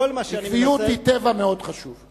עקביות היא טבע חשוב מאוד.